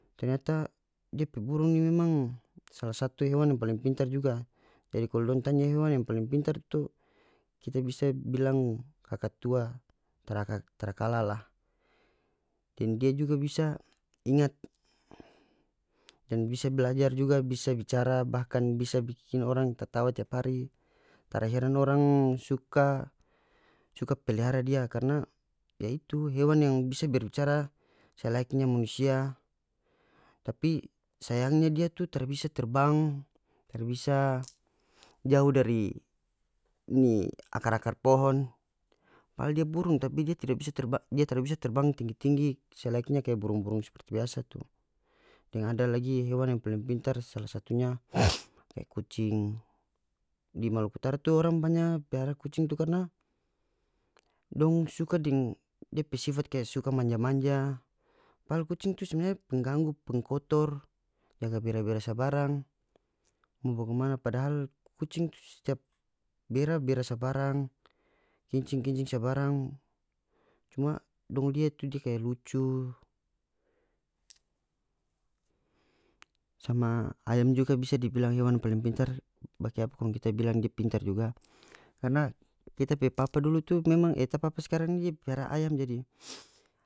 Ternyata dia pe burung ini memang salah satu hewan yang paling pintar juga jadi kalu dong tanya hewan yang paling pintar tu kita bisa bilang kakatua tara kala lah deng dia juga bisa ingat dan bisa belajar juga bisa bicara bahkan bikin orang tatawa tiap hari tara heran orang suka suka pelihara dia karna yaitu hewan yang bisa berbicara selayaknya manusia tapi sayangnya dia tu tara bisa terbang tara bisa jauh dari ini akar-akar pohon padahal dia burung tapi dia tidak bisa dia tara bisa terbang tinggi-tinggi selayaknya kaya burung-burung seperti biasa tu deng ada lagi hewan yang paling pintar sala satunya kaya kucing di maluku utara tu orang banya piara tu kucing karna dong suka deng dia pe sifat kaya suka manja-manja padahal kucing tu sebenarnya pengganggu pengkotor jaga bera-bera sabarang mo bagimana padahal padahal kucing tu setiap bera bera sabarang kincing kincing sabarang cuma dong liat tu dia kaya kaya lucu sama ayam juga bisa bilang hewan paling pintar bakiapa kong kita bilang dia pintar juga karna kita pe papa dulu itu memang e ta papa skarang ni dia piara ayam jadi